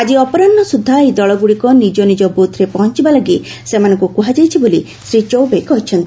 ଆଜି ଅପରାହ୍ନ ସୁଦ୍ଧା ଏହି ଦଳଗୁଡ଼ିକ ନିଜ ନିଜ ବୁଥ୍ରେ ପହଞ୍ଚୁବା ଲାଗି ସେମାନଙ୍କୁ କୁହାଯାଇଛି ବୋଲି ଶ୍ରୀ ଚୌବେ କହିଚ୍ଛନ୍ତି